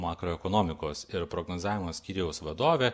makroekonomikos ir prognozavimo skyriaus vadovė